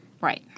right